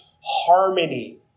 harmony